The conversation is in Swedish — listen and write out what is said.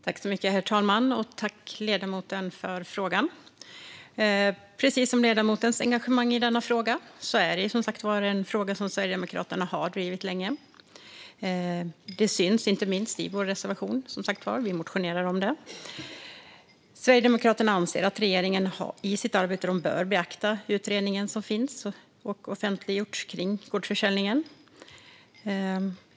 Herr talman! Jag tackar ledamoten för frågan. Precis som ledamoten är engagerad i frågan är det här är en fråga som Sverigedemokraterna har drivit länge. Det syns inte minst i vår reservation och att vi har motionerat i frågan. Sverigedemokraterna anser att regeringen i sitt arbete bör beakta den utredning som har offentliggjorts om gårdsförsäljning.